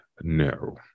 no